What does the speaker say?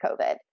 COVID